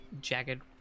jagged